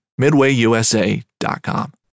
MidwayUSA.com